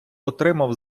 отримав